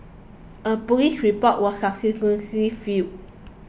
a police report was subsequently filed